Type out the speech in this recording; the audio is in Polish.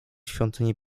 świątyni